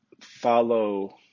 follow